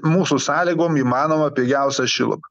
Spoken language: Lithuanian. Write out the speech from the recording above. mūsų sąlygom įmanomą pigiausią šilumą